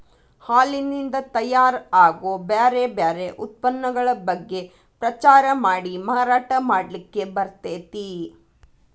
ಹಾಲಿನಿಂದ ತಯಾರ್ ಆಗೋ ಬ್ಯಾರ್ ಬ್ಯಾರೆ ಉತ್ಪನ್ನಗಳ ಬಗ್ಗೆ ಪ್ರಚಾರ ಮಾಡಿ ಮಾರಾಟ ಮಾಡ್ಲಿಕ್ಕೆ ಬರ್ತೇತಿ